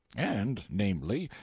and, namely,